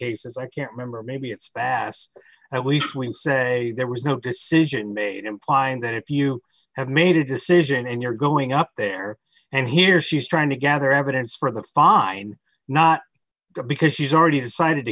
cases i can't remember maybe it's past at least when say there was no decision made implying that if you have made a decision and you're going up there and here she's trying to gather evidence for the foreign not because she's already decided